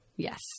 Yes